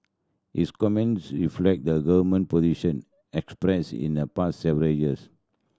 his comments reflect the government position expressed in the past several years